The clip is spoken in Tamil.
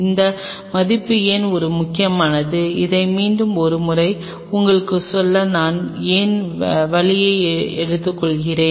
இந்த மதிப்புகள் ஏன் ஒரு முக்கியமானவை இதை மீண்டும் ஒரு முறை உங்களுக்குச் சொல்ல நான் ஏன் வலியை எடுத்துக்கொள்கிறேன்